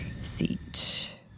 seat